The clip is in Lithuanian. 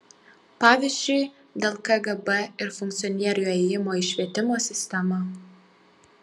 pavyzdžiui dėl kgb ir funkcionierių ėjimo į švietimo sistemą